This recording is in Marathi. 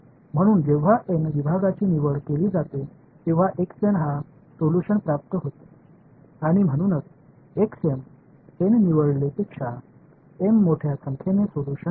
म्हणून जेव्हा एन विभागांची निवड केली जाते तेव्हा x एन हा सोल्यूशन प्राप्त होतो आणि म्हणूनच एक्स एम एन निवडलेल्यापेक्षा एम मोठ्या संख्येने सोल्यूशन आहे